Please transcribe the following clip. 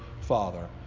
father